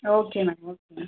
okay ma'am okay ma'am